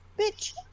Bitch